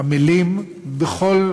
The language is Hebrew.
ועמלים בכל